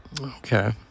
Okay